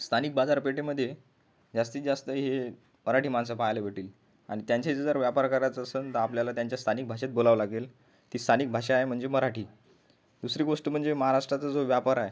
स्थानिक बाजारपेठेमध्ये जास्तीत जास्त हे मराठी माणसं पहायला भेटेल आणि त्यांच्याशी जर व्यापार करायचा असेल तर आपल्याला त्यांच्या स्थानिक भाषेत बोलावं लागेल ती स्थानिक भाषा आहे म्हणजे मराठी दुसरी गोष्ट म्हणजे महाराष्ट्राचा जो व्यापार आहे